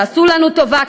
תעשו לנו טובה,